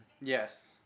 Yes